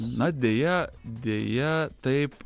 na deja deja taip